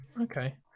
Okay